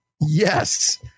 Yes